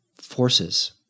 forces